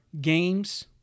games